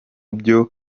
byo